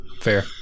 fair